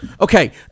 Okay